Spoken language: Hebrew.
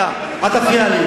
אבל, זה לא, רק רגע, אל תפריע לי.